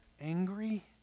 angry